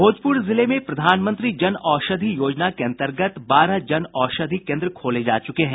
भोजपुर जिले में प्रधानमंत्री जन औषधि योजना के अन्तर्गत बारह जन औषधि केन्द्र खोले जा चुके हैं